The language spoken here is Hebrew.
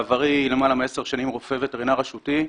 בעברי, למעלה מעשר שנים כרופא ווטרינר רשותי,